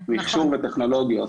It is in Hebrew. מכשור וטכנולוגיות.